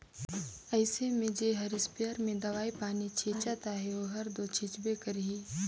अइसे में जेहर इस्पेयर में दवई पानी छींचत अहे ओहर दो छींचबे करही